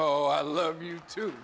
oh i love you to